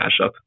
mashup